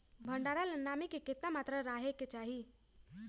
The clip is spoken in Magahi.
भंडारण ला नामी के केतना मात्रा राहेके चाही?